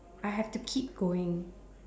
I have to keep going